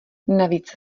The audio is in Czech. navíc